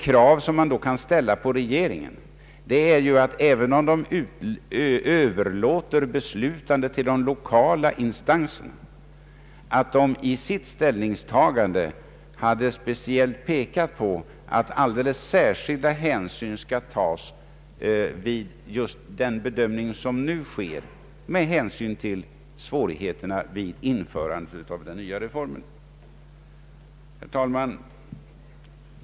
Även om regeringen överlåter beslutandet till de lokala instanserna, borde det kunna krävas att den i sitt ställningstagande pekade på att alldeles särskilda hänsyn bör tas vid den bedömning som nu sker, just med hänsyn till svårigheterna att genomföra den nya reformen. Herr talman!